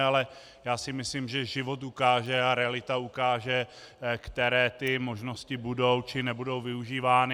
Ale já si myslím, že život ukáže a realita ukáže, které ty možnosti budou či nebudou využívány.